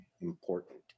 important